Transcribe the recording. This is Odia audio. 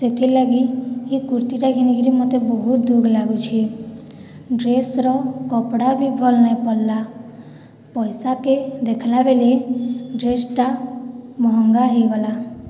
ସେଥିର୍ଲାଗି ଇ କୁର୍ତ୍ତୀଟା ଘିନିକରି ମୋତେ ବହୁତ୍ ଦୁଃଖ୍ ଲାଗୁଛେ ଡ୍ରେସ୍ର କପଡ଼ା ବି ଭଲ୍ ନାଇଁ ପଡ଼୍ଲା ପଏସାକେ ଦେଖ୍ଲାବେଲେ ଡ୍ରେସ୍ଟା ମହଙ୍ଗା ହେଇଗଲା